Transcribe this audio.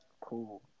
cool